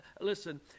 listen